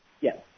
Yes